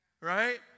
right